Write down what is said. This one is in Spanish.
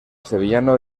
sevillano